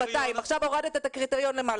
עכשיו הורדת את הקריטריון למה,